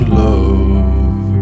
love